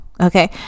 Okay